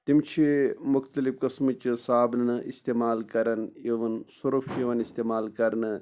تِم چھِ مُختٔلِف قٕسمٕچ صابنہٕ اِستعمال کران سُرُف چھُ یِوان اِستعمال کرنہٕ